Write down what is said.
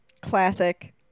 Classic